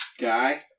guy